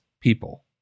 people